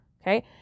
Okay